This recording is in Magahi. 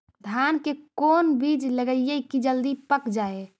धान के कोन बिज लगईयै कि जल्दी पक जाए?